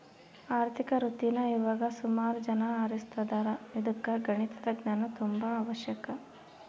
ಆರ್ಥಿಕ ವೃತ್ತೀನಾ ಇವಾಗ ಸುಮಾರು ಜನ ಆರಿಸ್ತದಾರ ಇದುಕ್ಕ ಗಣಿತದ ಜ್ಞಾನ ತುಂಬಾ ಅವಶ್ಯಕ